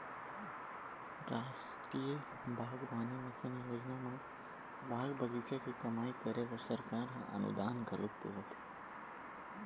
रास्टीय बागबानी मिसन योजना म बाग बगीचा के कमई करे बर सरकार ह अनुदान घलोक देवत हे